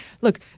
look